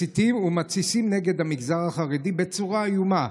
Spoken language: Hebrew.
מסיתים ומתסיסים נגד המגזר החרדי בצורה איומה,